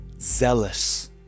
zealous